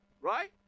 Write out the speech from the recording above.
Right